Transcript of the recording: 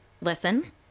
listen